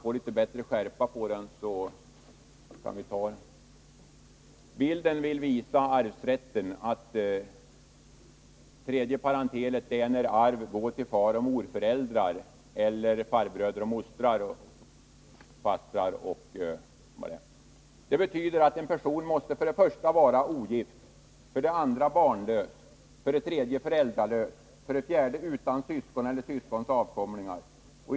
På bildskärmen visas nu att tredje parentelen gäller arv till faroch morföräldrar, farbröder, fastrar, morbröder och mostrar. Detta betyder att en person för det första måste vara ogift, för det andra barnlös, för det tredje föräldralös och för det fjärde utan syskon eller syskons avkomlingar.